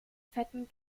fetten